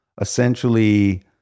essentially